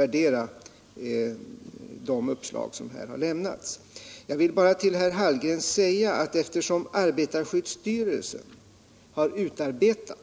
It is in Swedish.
Eftersom det är arbetarskyddsstyrelsen som har utarbetat